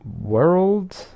World